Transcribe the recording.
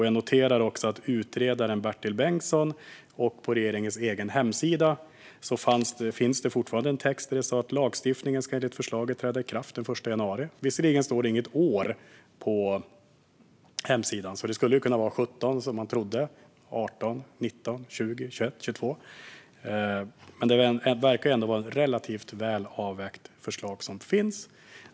Jag noterar också att utredaren Bertil Bengtsson föreslagit - och det står fortfarande på regeringens egen hemsida - att lagstiftningen ska träda i kraft den 1 januari. Visserligen står det inget år på hemsidan, så det skulle kunna vara 2017, som man trodde, eller 2018, 2019, 2021 eller 2022. Det verkar dock vara ett relativt väl avvägt förslag som finns.